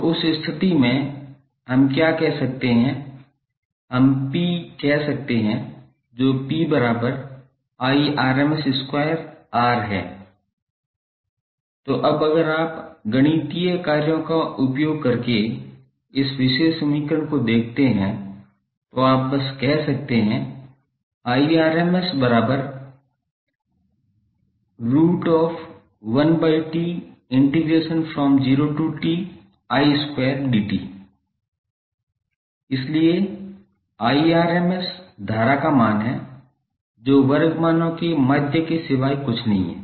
तो उस स्थिति में हम क्या कह सकते हैं हम P कह सकते हैं जो 𝑃 है तो अब अगर आप गणितीय कार्यों का उपयोग करके इस विशेष समीकरण को देखते हैं तो आप बस कह सकते हैं इसलिए धारा का मान है जो वर्ग मानों के माध्य के सिवाय कुछ नहीं है